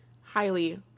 highly